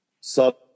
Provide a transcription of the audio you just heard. sub